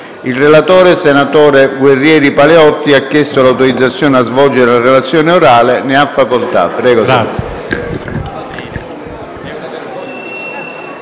Il relatore, senatore Guerrieri Paleotti, ha chiesto l'autorizzazione a svolgere la relazione orale. Non facendosi